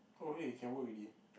oh hey it can work ready